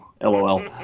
LOL